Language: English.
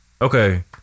Okay